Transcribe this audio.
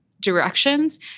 directions